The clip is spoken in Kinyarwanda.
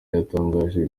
yatangaje